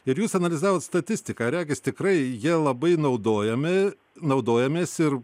ir jūs analizavot statistiką regis tikrai jie labai naudojami naudojamės ir